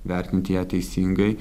vertinti ją teisingai